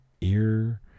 ear